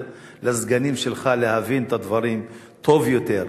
לסגנים שלך להבין את הדברים טוב יותר.